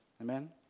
Amen